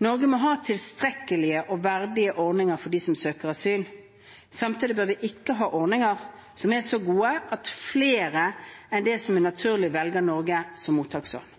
Norge må ha tilstrekkelige og verdige ordninger for dem som søker asyl. Samtidig bør ikke vi ha ordninger som er så gode at flere enn det som er naturlig, velger Norge som mottaksland.